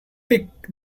pick